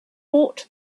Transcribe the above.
bought